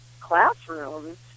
classrooms